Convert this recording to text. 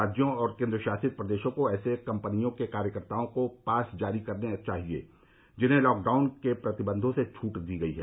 राज्यों और केन्द्रशासित प्रदेशों को ऐसी कम्पनियों के कार्यकर्ताओं को पास जारी करने चाहिए जिन्हें लॉकडाउन के प्रतिबंधों से छूट दी गई है